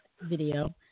video